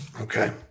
Okay